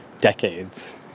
decades